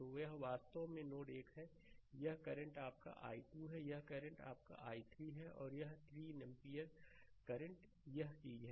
तो यह वास्तव में नोड 1 है यह करंट आपका i2 है यह करंट आपका i3 है और यह 3 एम्पीयर करंट यह चीज है